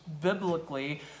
biblically